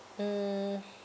mm